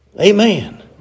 Amen